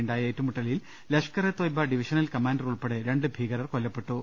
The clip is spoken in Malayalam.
യുണ്ടായ ഏറ്റുമുട്ടലിൽ ലഷ്കറെ തോയ്ബ ഡിവിഷണൽ കമാന്റർ ഉൾപ്പെടെ രണ്ട് ഭീകരർ കൊല്പപ്പെട്ടു